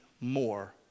more